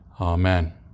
Amen